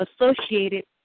associated